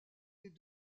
des